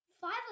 five